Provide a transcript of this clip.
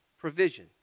provision